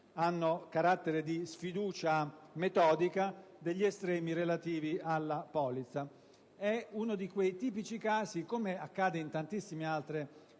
hanno carattere di sfiducia metodica, degli estremi relativi alla polizza. È uno di quei tipici casi, come accade in tantissime altre